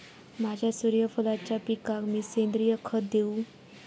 माझ्या सूर्यफुलाच्या पिकाक मी सेंद्रिय खत देवू?